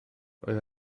roedd